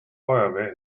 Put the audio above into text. feuerwehr